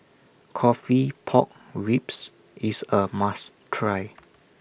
Coffee Pork Ribs IS A must Try